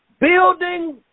Building